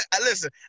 listen